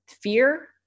fear